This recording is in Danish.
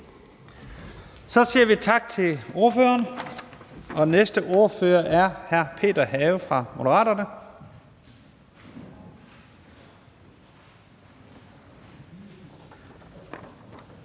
Så siger vi tak til ordføreren, og den næste ordfører er hr. Peter Have fra Moderaterne.